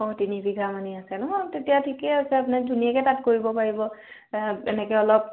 অ তিনি বিঘা মানেই আছে ন' তেতিয়া ঠিকে আছে আপুনি ধুনীয়াকৈ তাত কৰিব পাৰিব আ এনেকৈ অলপ